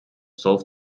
solved